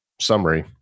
summary